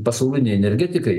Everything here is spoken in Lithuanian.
pasaulinei energetikai